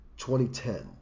2010